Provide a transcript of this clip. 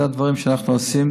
אלה הדברים שאנחנו עושים